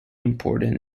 important